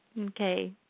Okay